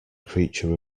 creature